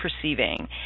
perceiving